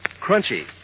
crunchy